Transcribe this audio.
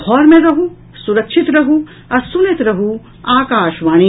घर मे रहू सुरक्षित रहू आ सुनैत रहू आकाशवाणी